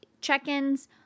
check-ins